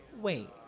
Wait